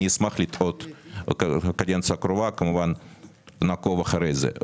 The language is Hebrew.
ואני אשמח לתהות על כך ובקדנציה הקרובה נעקוב אחרי זה.